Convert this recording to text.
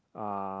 uh